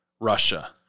Russia